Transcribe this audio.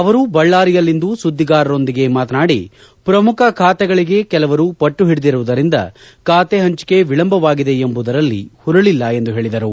ಅವರು ಬಳ್ಳಾರಿಯಲ್ಲಿಂದು ಸುದ್ದಿಗಾರರೊಂದಿಗೆ ಮಾತನಾಡಿ ಪ್ರಮುಖ ಖಾತೆಗಳಿಗೆ ಕೆಲವು ಪಟ್ಟು ಓಡಿದಿರುವುದರಿಂದ ಖಾತೆ ಪಂಚಿಕೆ ವಿಳಂಬವಾಗಿದೆ ಎಂಬುದರಲ್ಲಿ ಹುರುಳಿಲ್ಲ ಎಂದು ಪೇಳಿದರು